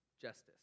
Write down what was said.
justice